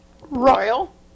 Royal